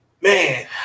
Man